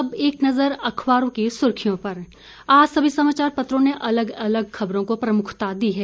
अब एक नज़र अखबारों की सुर्खियों पर आज सभी समाचार पत्रों ने अलग अलग खबरों को प्रमुखता दी है